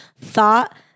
thought